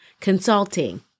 consulting